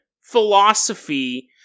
philosophy